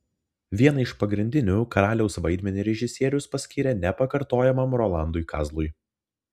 vieną iš pagrindinių karaliaus vaidmenį režisierius paskyrė nepakartojamam rolandui kazlui